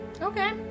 Okay